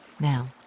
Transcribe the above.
now